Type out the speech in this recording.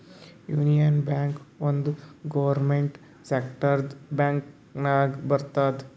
union bank ಒಂದ್ government ಸೆಕ್ಟರ್ದು bank ನಾಗ್ ಬರ್ತುದ್